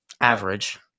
average